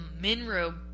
Minro